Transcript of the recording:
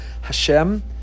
Hashem